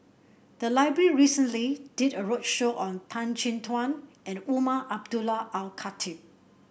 the library recently did a roadshow on Tan Chin Tuan and Umar Abdullah Al Khatib